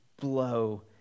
blow